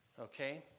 Okay